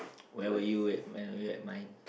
where were you at when were you at mine